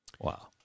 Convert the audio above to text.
Wow